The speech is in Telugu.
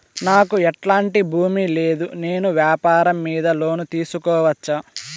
నాకు ఎట్లాంటి భూమి లేదు నేను వ్యాపారం మీద లోను తీసుకోవచ్చా?